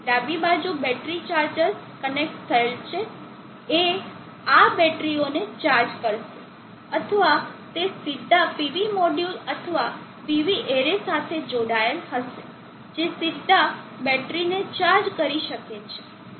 ડાબી બાજુ battery chargers connect થયેલ છે જે આ બેટરીઓને ચાર્જ કરશે અથવા તે સીધા PV મોડ્યુલ અથવા PV એરે સાથે જોડાયેલ હશે જે સીધા બેટરીને ચાર્જ કરી શકે છે